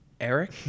Eric